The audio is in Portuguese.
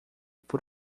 por